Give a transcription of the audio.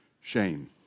shame